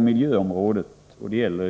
miljöområdet och vattenbruket.